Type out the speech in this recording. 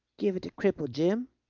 give it to cripple jim.